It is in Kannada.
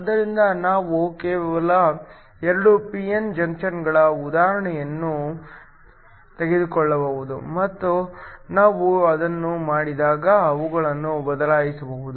ಆದ್ದರಿಂದ ನಾವು ಕೇವಲ 2 p n ಜಂಕ್ಷನ್ಗಳ ಉದಾಹರಣೆಯನ್ನು ತೆಗೆದುಕೊಳ್ಳಬಹುದು ಮತ್ತು ನಾವು ಅದನ್ನು ಮಾಡಿದಾಗ ಅವುಗಳನ್ನು ಬದಲಾಯಿಸಬಹುದು